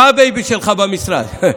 מה הבייבי שלך במשרד?